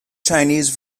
chinese